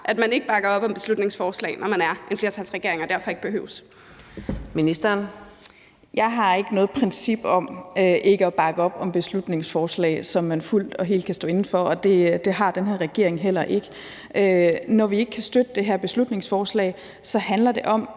Ministeren. Kl. 10:21 Ministeren for ligestilling (Marie Bjerre): Jeg har ikke noget princip om ikke at bakke op om beslutningsforslag, som man fuldt og helt kan stå inde for, og det har den her regering heller ikke. Når vi ikke kan støtte det her beslutningsforslag, handler det om,